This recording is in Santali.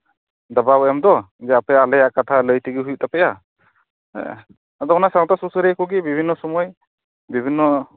ᱫᱟᱵᱟᱣ ᱮᱢ ᱫᱚ ᱡᱮ ᱟᱯᱮ ᱟᱞᱮᱭᱟᱜ ᱠᱟᱛᱷᱟ ᱞᱟᱹᱭ ᱛᱮᱜᱮ ᱦᱩᱭᱩᱜ ᱛᱟᱯᱮᱭᱟ ᱟᱫᱚ ᱚᱱᱟ ᱥᱟᱶᱛᱟ ᱥᱩᱥᱟᱹᱨᱤᱭᱟᱹ ᱠᱚᱜᱮ ᱵᱤᱵᱷᱤᱱᱱᱚ ᱥᱚᱢᱚᱭ ᱵᱤᱵᱷᱤᱱᱱᱚ